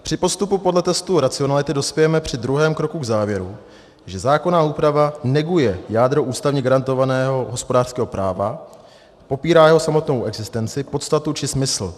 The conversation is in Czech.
Při postupu podle testu racionality dospějeme při druhém kroku k závěru, že zákonná úprava neguje jádro ústavně garantovaného hospodářského práva, popírá jeho samotnou existenci, podstatu či smysl.